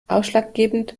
ausschlaggebend